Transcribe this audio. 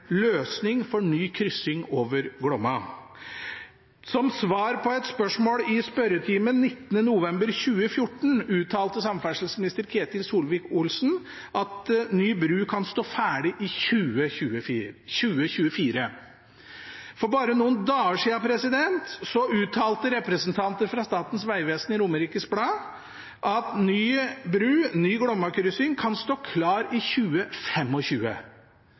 løsning for ny kryssing over Glomma. Som svar på et spørsmål i spørretimen den 19. november 2014 uttalte samferdselsminister Ketil Solvik-Olsen at ny bru kan stå ferdig i 2024. For bare noen dager siden, uttalte representanter for Statens vegvesen til Romerikes Blad at ny bru, ny Glomma-kryssing, kan stå klar i